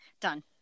done